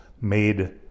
made